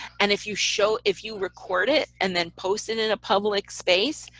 and if you show, if you record it and then post it in a public space,